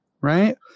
Right